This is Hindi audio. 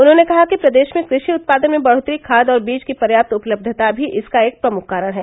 उन्होंने कहा कि प्रदेश में कृष्ठि उत्पादन में बढ़ोत्तरी खाद और बीज की पर्याप्त उपलब्यता भी इसका एक प्रमुख कारण है